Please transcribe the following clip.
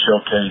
showcase